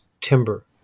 timber